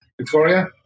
Victoria